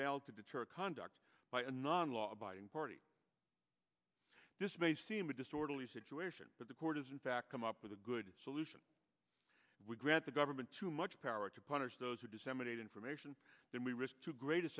failed to deter conduct by a non law abiding party this may seem a disorderly situation but the court is in fact come up with a good solution we grant the government too much power to punish those who disseminate information then we risk too great